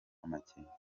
amakenga